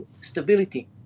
stability